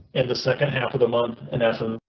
and the second half of the month in essence